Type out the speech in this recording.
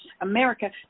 America